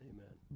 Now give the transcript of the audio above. Amen